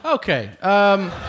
Okay